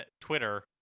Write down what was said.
Twitter